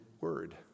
word